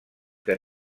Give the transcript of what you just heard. que